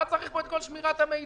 למה צריך פה את כל שמירת המידע?